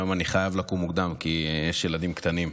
והיום אני חייב לקום מוקדם כי יש ילדים קטנים.